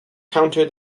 counter